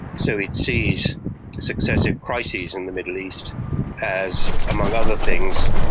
so it sees successive crises in the middle east as, among other things,